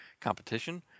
competition